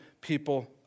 people